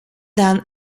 dann